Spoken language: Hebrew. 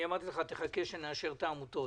ואמרתי לך שתחכה שנאשר את העמותות,